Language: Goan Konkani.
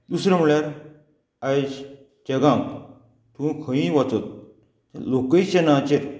दुसरो म्हळ्यार आयज जगांक तूं खंयीय वचत लोकेशनाचेर